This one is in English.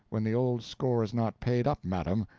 when the old score is not paid up, madam,